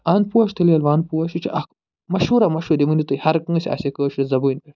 اَن پوش تیٚلہِ ییٚلہِ وَن پوش یہِ چھُ اکھ مشہوٗرا مشہوٗر یہِ ؤنِو تُہۍ ہر کٲنٛسہِ اَسہِ یہِ کٲشرِ زبٲنۍ